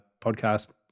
podcast